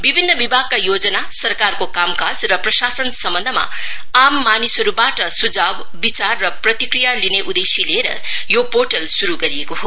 विभिन्न विभागका योजना सरकारको कामकाज र प्रशासन सम्वन्धमा आम मानिसहरुबाट सुझाव विचार र प्रतिक्रिया लिने उद्देश्य लिएर यो पोर्टल शुरु गरिएको हो